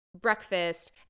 breakfast